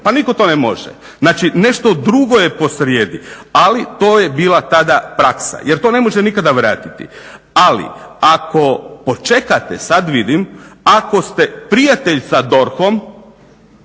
Pa nitko to ne može. Znači, nešto drugo je posrijedi. Ali, to je bila tada praksa. Jer to se ne može nikada vratiti. Ali, ako počekate, sad vidim, ako ste prijatelj sa DORH-om